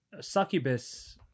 succubus